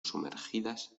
sumergidas